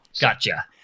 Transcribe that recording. Gotcha